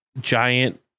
giant